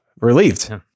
relieved